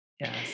Yes